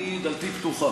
דלתי פתוחה,